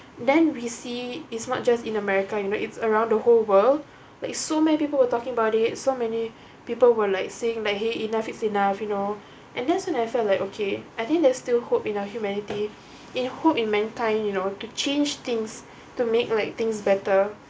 then we see is not just in america you know it's around the whole world like so many people were talking about it so many people were like saying like !hey! enough is enough you know and that's when I feel like okay I think there's still hope in our humanity in hope in mankind you know to change things to make like things better